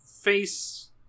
face